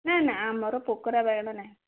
ନା ନା ଆମର ପୋକରା ବାଇଗଣ ନାହିଁ